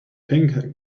pink